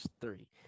three